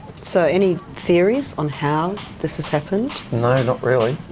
so any theories on how this has happened? no, not really.